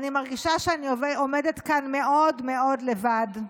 אני מרגישה שאני עומדת כאן מאוד מאוד לבד,